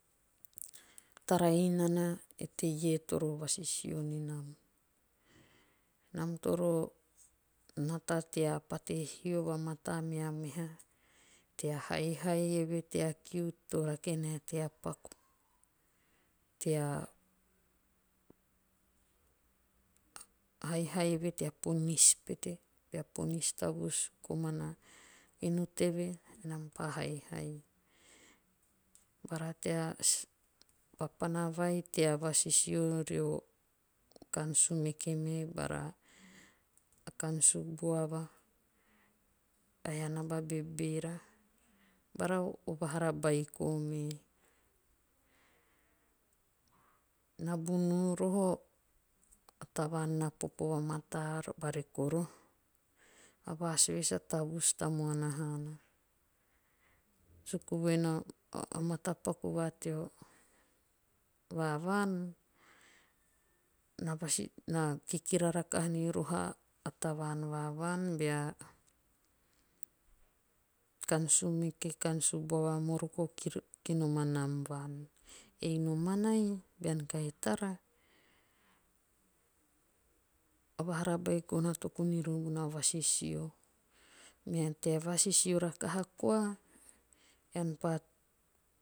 Tara inana eteie toro vasisio ninam. Nam toro hata tea pate hio vamataa mea meha. tea haihai eve tea paku. tea haihai eve tea ponis pete. bea ponis tavus komana inu teve. enam pa haihai. Bara tea papana vai tea vasisio rio o kan sumeke me bara kan subuava. ae a naba bebeera bara o vahara beiko me. Nnabunu roho a tavaan na nopo vamataa vareko aoho. A vasue sa tavus tamuana haana. suku voen o matapaku va teo va vaan na vasi kikirra rahaka niroho a tavaan va vaan bea kan sumeke. kan subuava kiri kinom anam vaan. Ei nomanae. bean kahi tara a vahara beiko na toku ni rori bonaa vasisio. Mea tea vasisio rakaha koa ean pa